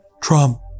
Trump